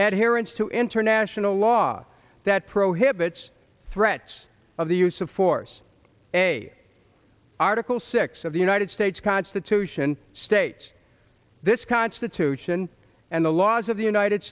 adherents to international law that prohibits threats of the use of force a article six of the united states constitution states this constitution and the laws of the united